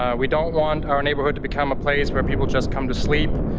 um we don't want our neighborhood to become a place where people just come to sleep,